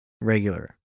regular